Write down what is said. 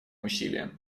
усилиям